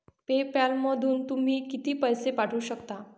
पे पॅलमधून तुम्ही किती पैसे पाठवू शकता?